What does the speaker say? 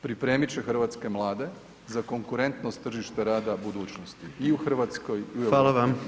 Pripremit će hrvatske mlade za konkurentnost tržišta rada budućnosti i u Hrvatskoj i u